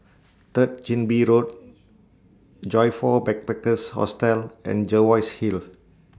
Third Chin Bee Road Joyfor Backpackers' Hostel and Jervois Hill